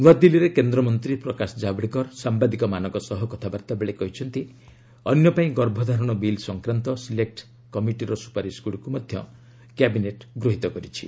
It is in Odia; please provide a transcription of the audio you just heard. ନୂଆଦିଲ୍ଲୀରେ କେନ୍ଦ୍ରମନ୍ତ୍ରୀ ପ୍ରକାଶ ଜାବଡେକର ସାମ୍ଭାଦିକମାନଙ୍କ ସହ କଥାବାର୍ତ୍ତା ବେଳେ କହିଛନ୍ତି ଅନ୍ୟ ପାଇଁ ଗର୍ଭଧାରଣ ବିଲ୍ ସଂକ୍ରାନ୍ତ ସିଲେକ୍ଟ କମିଟିର ସୁପାରିଶଗୁଡ଼ିକୁ ମଧ୍ୟ କ୍ୟାବିନେଟ୍ ଗୃହିତ କରିଛି